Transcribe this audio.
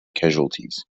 casualties